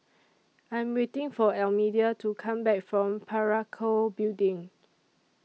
I Am waiting For Almedia to Come Back from Parakou Building